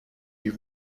you